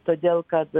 todėl kad